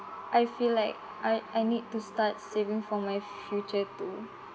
I feel like I I need to start saving for my future too